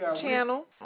channel